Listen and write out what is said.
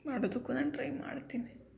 ಮಾಡೋದಕ್ಕೂ ನಾನು ಟ್ರೈ ಮಾಡ್ತೀನಿ